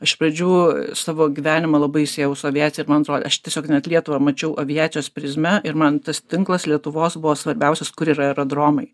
iš pradžių savo gyvenimą labai sėjau su aviacija ir man atrodė aš tiesiog net lietuvą mačiau aviacijos prizme ir man tas tinklas lietuvos buvo svarbiausias kur yra aerodromai